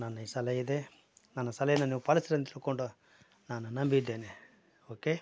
ನನ್ನ ಈ ಸಲಹೆ ಇದೆ ನನ್ನ ಸಲಹೆನ ನೀವು ಪಾಲಿಸ್ತೀರಿ ಅಂತ ತಿಳ್ಕೊಂಡು ನಾನು ನಂಬಿದ್ದೇನೆ ಓಕೆ